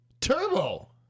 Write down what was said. Turbo